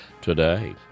today